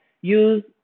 use